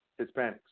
Hispanics